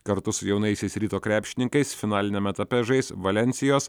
kartu su jaunaisiais ryto krepšininkais finaliniame etape žais valensijos